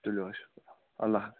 تُلِو حظ شُکریہ اللہ حافِظ